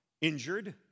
injured